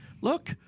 look